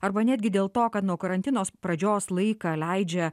arba netgi dėl to kad nuo karantino pradžios laiką leidžia